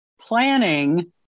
planning